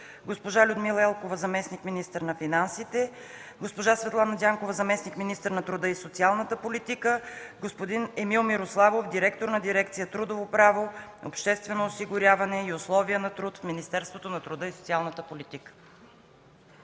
госпожа Людмила Елкова – заместник-министър на финансите; госпожа Светлана Дянкова – заместник-министър на труда и социалната политика; господин Емил Мирославов – директор на дирекция „Трудово право, обществено осигуряване и условия на труд” в Министерството на труда и социалната политика.